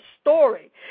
story